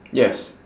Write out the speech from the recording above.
yes